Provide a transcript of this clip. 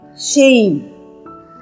shame